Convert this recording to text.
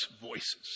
voices